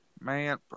Man